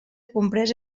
compresa